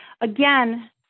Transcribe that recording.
again